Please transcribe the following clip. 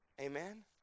Amen